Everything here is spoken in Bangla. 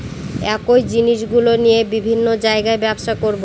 একই জিনিসগুলো নিয়ে বিভিন্ন জায়গায় ব্যবসা করবো